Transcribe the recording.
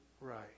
right